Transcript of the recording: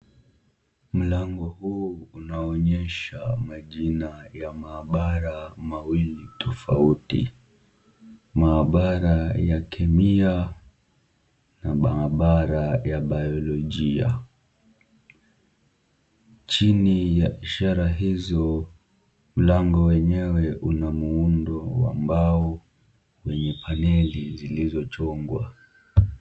Mlango huu unaonyesha majina ya maabara mawili tofauti, maabara ya kemia na maabara ya biolojia, chini ya ishara hizo mlango mwenyewe una muundo wa mbao wenye paneli zilizochongwa.